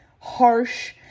harsh